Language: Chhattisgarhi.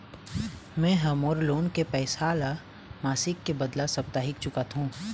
में ह मोर लोन के पैसा ला मासिक के बदला साप्ताहिक चुकाथों